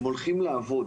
הם הולכים לעבוד.